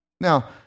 Now